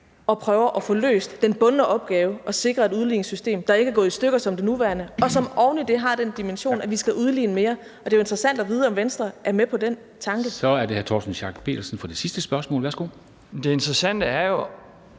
og prøver at få løst den bundne opgave at sikre et udligningssystem, der ikke er gået i stykker som det nuværende, og som oven i det har den dimension, at vi skal udligne mere. Og det er jo interessant at vide, om Venstre er med på den tanke. Kl. 13:17 Formanden (Henrik Dam Kristensen): Så er det hr. Torsten